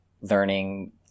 learning